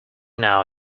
now